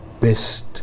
best